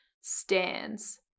stands